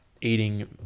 eating